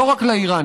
לא רק לאיראנים.